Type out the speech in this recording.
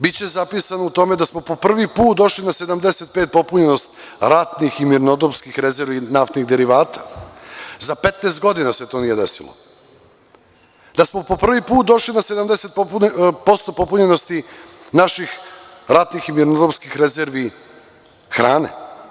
Biće zapisano u tome da smo po prvi put došli na 75 popunjenost ratnih i mirnodopskih rezervi naftnih derivata, za 15 godina se to nije desilo, da smo po prvi put došli do 70% popunjenosti naših ratnim i mirnodopskih rezervi hrane.